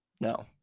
no